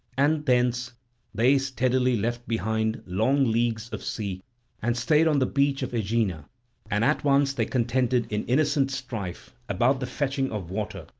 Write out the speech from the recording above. and thence they steadily left behind long leagues of sea and stayed on the beach of aegina and at once they contended in innocent strife about the fetching of water,